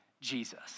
Jesus